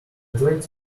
twenty